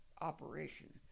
operation